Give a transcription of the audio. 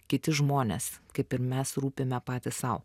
kiti žmonės kaip ir mes rūpime patys sau